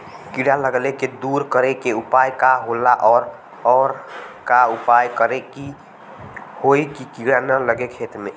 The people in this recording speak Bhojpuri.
कीड़ा लगले के दूर करे के उपाय का होला और और का उपाय करें कि होयी की कीड़ा न लगे खेत मे?